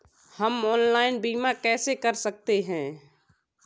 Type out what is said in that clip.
हम ऑनलाइन बीमा कैसे कर सकते हैं?